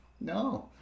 no